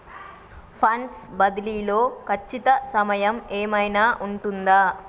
Funds బదిలీ లో ఖచ్చిత సమయం ఏమైనా ఉంటుందా?